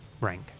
rank